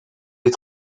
des